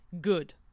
Good